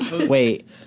Wait